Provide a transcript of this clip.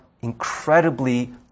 incredibly